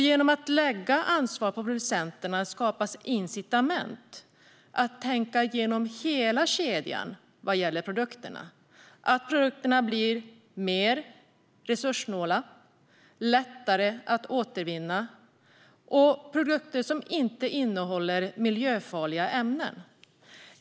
Genom att lägga ansvar på producenterna skapas incitament att tänka igenom hela kedjan så att produkterna blir mer resurssnåla och lättare att återvinna och inte innehåller miljöfarliga ämnen.